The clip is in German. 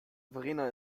verena